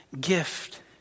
gift